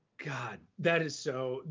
god, that is so,